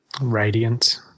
Radiant